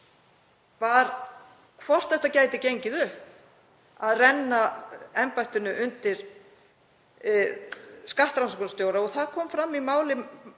var hvort það gæti gengið upp að renna embættinu undir skattrannsóknarstjóra. Það kom fram í máli